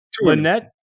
Lynette